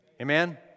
Amen